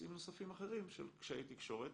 לנושאים נוספים אחרים של קשיי תקשורת.